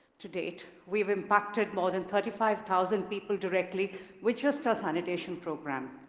to date, we have impacted more than thirty five thousand people directly with just our sanitation program.